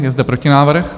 Je zde protinávrh.